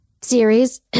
series